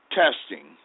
testing